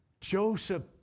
joseph